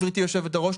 גברתי היושבת-ראש,